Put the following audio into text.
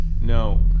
No